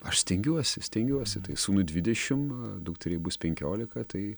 aš stengiuosi stengiuosi tai sūnui dvidešim dukteriai bus penkiolika tai